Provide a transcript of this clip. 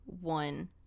one